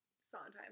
Sondheim